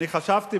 אני חשבתי,